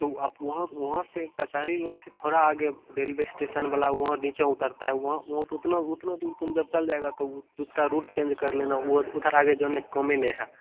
तो आप वहाँ वहाँ से कचहरी रोड से थोड़ा आगे रेलवे स्टेसन वाला वहाँ नीचे उतरता है वहाँ वो तो उतना उतना दूर तुम जब चल जाएगा तो वो दूसरा रूट चेंज कर लेना वो वो तो उधर आगे जाने का कामे नहीं है